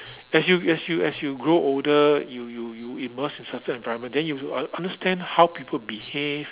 as you as you as you grow older you you you immerse yourself in an environment then you un~ understand how people behave